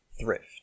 thrift